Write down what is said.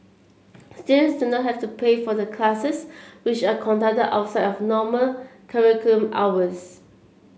students do not have to pay for the classes which are conducted outside of normal hours